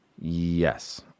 Yes